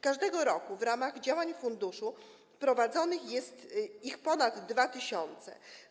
Każdego roku w ramach działań funduszu prowadzonych jest ich ponad 2 tys.